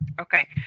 Okay